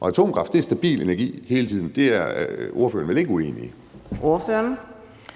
og atomkraft er stabil energi hele tiden. Det er ordføreren vel ikke uenig i?